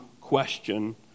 question